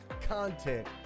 content